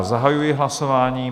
Zahajuji hlasování.